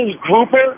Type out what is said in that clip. Grouper